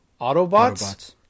Autobots